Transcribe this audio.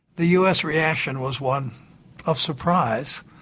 the us reaction was one of surprise.